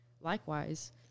likewise